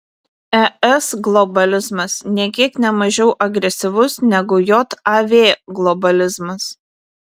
es globalizmas nė kiek ne mažiau agresyvus negu jav globalizmas